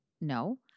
No